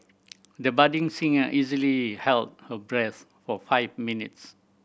the budding singer easily held her breath for five minutes